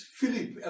Philip